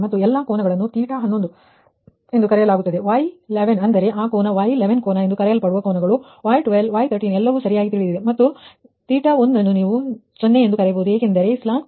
ಮತ್ತು ಎಲ್ಲಾ ಕೋನಗಳನ್ನು θ11 ಕರೆಯಲಾಗುತ್ತದೆ Y11 ಅಂದರೆ ಆ ಕೋನ Y11 ಕೋನ ಎಂದು ಕರೆಯಲ್ಪಡುವ ಕೋನಗಳು Y12 Y13 ಎಲ್ಲವೂ ಸರಿಯಾಗಿ ತಿಳಿದಿದೆ ಮತ್ತು θ1 ಅನ್ನು ನೀವು 0 ಎಂದು ಕರೆಯಬಹುದು ಏಕೆಂದರೆ ಸ್ಲಾಕ್ ಬಸ್ ವೋಲ್ಟೇಜ್ 1